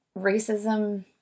racism